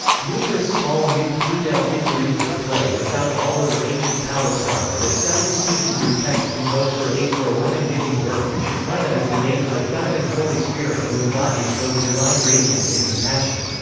numerous small nude female figurines of clay were found all over ancient palestine and a seventh c. hebrew text invokes her aid for a woman giving birth shekinah is the name of the feminine holy spirit who embodies both divine radiance and compassion.